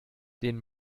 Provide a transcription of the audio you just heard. den